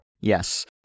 Yes